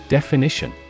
Definition